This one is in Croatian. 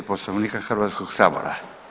Poslovnika Hrvatskog sabora.